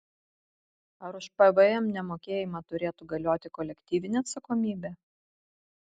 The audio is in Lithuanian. ar už pvm nemokėjimą turėtų galioti kolektyvinė atsakomybė